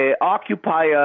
occupy